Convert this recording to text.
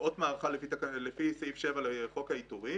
מערכה לפי סעיף 7 לחוק העיטורים,